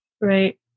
Right